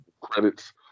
credits